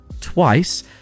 twice